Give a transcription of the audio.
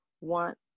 want